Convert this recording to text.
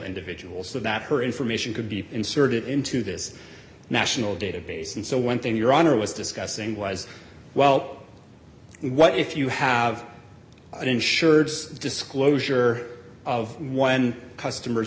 individuals so that her information could be inserted into this national database and so one thing your honor was discussing was well what if you have an insured disclosure of one customer